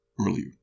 earlier